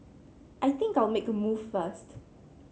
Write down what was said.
I think I'll make a move first